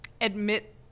Admit